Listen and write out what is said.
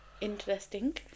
Interesting